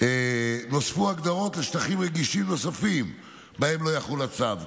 נוספו הגדרות לשטחים רגישים נוספים שבהם לא יחול הצו,